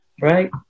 right